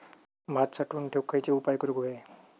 भात साठवून ठेवूक खयचे उपाय करूक व्हये?